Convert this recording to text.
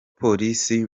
polisi